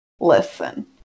listen